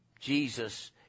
Jesus